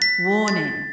warning